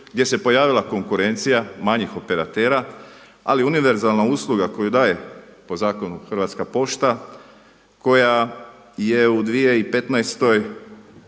gdje se pojavila konkurencija manjih operatera. Ali univerzalna usluga koju daje po zakonu Hrvatska pošta, koja je u 2015.